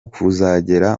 kuzagera